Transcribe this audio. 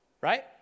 Right